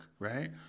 Right